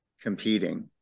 competing